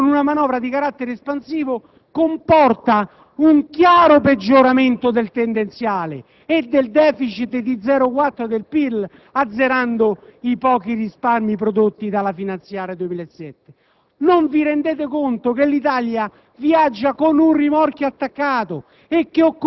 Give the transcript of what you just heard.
Contemporaneamente, il decreto-legge n. 81/2007 "affiancato" al DPEF, con una manovra di carattere espansivo, comporta un chiaro peggioramento del tendenziale e del *deficit* di 0,4 del PIL, azzerando i pochi risparmi prodotti dalla finanziaria 2007.